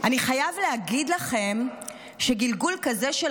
"אני חייב להגיד לכם שגלגול כזה של